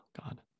God